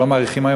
שלא מאריכים היום,